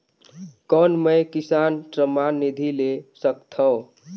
कौन मै किसान सम्मान निधि ले सकथौं?